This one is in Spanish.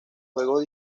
juegos